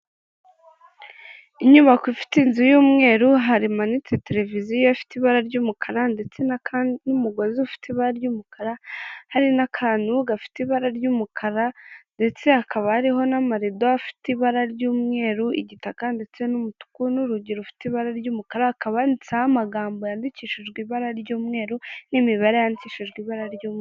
Inyubako ifite inzu y'umweru, harimanitse televiziyo ifite ibara ry'umukara ndetse n'umugozi Ifite ibara ry'umukara, hari n'akantu gafite ibara ry'umukara, ndetse hakaba ariho n'amarido afite ibara ry'umweru, igitaka ndetse n'umutuku n'urugi rufite ibara ry'umukarabanditseho amagambo yandikishijwe ibara ry'umweru n'imibare yandikishijwe ibara ry'umukara.